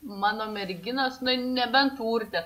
mano merginos na nebent urtė